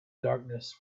darkness